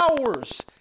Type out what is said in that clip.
hours